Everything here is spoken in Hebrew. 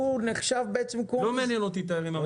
לא מעניין אותי תיירים אמידים.